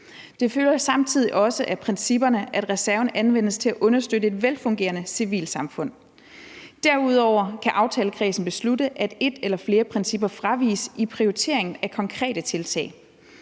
Det følger samtidig også af principperne, at reserven anvendes til at understøtte et velfungerende civilsamfund. Derudover kan aftalekredsen beslutte, at et eller flere principper fraviges i prioriteringen af konkrete tiltag.